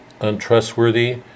untrustworthy